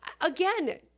again